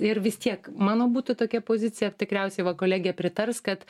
ir vis tiek mano būtų tokia pozicija tikriausiai va kolegė pritars kad